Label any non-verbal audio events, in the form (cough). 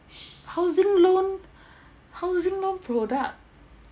housing loan (breath) housing loan product